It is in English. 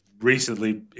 recently